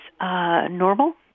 normal